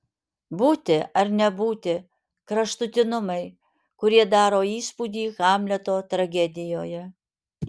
būti ar nebūti kraštutinumai kurie daro įspūdį hamleto tragedijoje